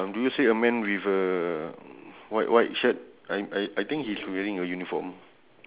ball there's a two bowling pin